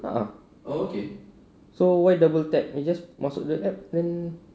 a'ah so why double tap can just masuk the app then